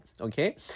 okay